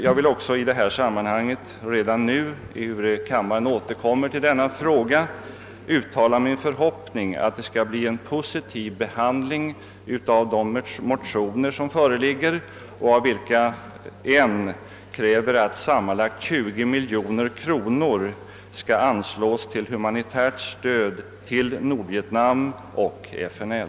Jag vill också redan nu, ehuru kammaren återkommer till denna fråga, uttala min förhoppning att de motioner som föreligger i denna fråga skall få en positiv behandling. I en av dessa krävs att sammanlagt 20 miljoner kronor skall anslås till humanitärt stöd till Nordvietnam och FNL.